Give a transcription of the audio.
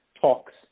talks